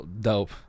dope